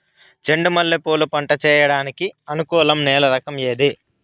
చెండు మల్లె పూలు పంట సేయడానికి అనుకూలం నేల రకం ఏది